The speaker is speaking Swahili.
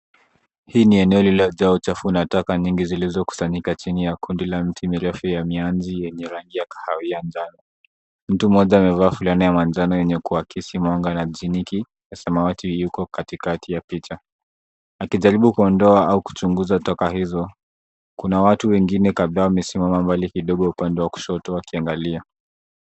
Hii ni eneo lililojaa uchafu na taka nyingi zilizokusanyika chini ya kundi la miti mirefu ya mianzi yenye rangi ya kahawia njano. Mtu mmoja amevaa fulana ya manjano yenye kuakisi mwanga na jiniki ya samawati, yuko katikati ya picha akijaribu kuondoa au kuchunguza taka hizo. Kuna watu wengine kadhaa wamesimama mbali kidogo upande wa kushoto wakiangalia.